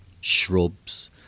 shrubs